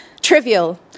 trivial